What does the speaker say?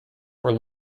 were